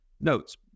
notes